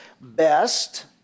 best